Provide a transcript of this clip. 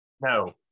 no